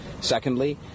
secondly